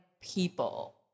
people